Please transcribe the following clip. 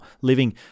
living